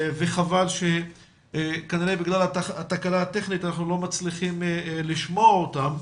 וחבל שכנראה בגלל התקלה הטכנית אנחנו לא מצליחים לשמוע אותם.